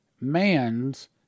man's